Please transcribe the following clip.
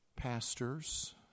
Pastors